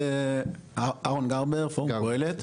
אהרן גרבר, פורום קהלת.